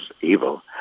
evil